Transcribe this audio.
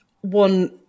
one